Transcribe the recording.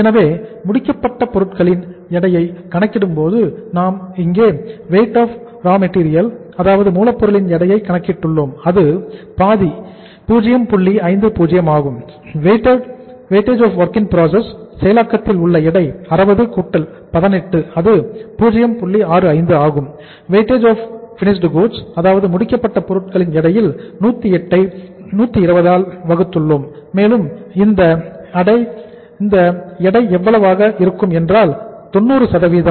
எனவே முடிக்கப்பட்ட பொருட்களின் எடையை கணக்கிடும்போது நாம் இங்கே வெயிட்ஏஜ் ஆஃப் ரா மெட்டீரியல் அதாவது முடிக்கப்பட்ட பொருட்களின் எடை நிலையில் 108 ஐ 120 ஆல் வகுத்துள்ளோம் மேலும் இங்கு அந்த எடை எவ்வளவாக இருக்கிறது என்றால் 90